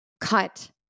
cut